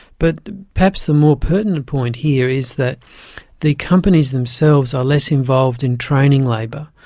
but perhaps the most pertinent point here is that the companies themselves are less involved in training labour.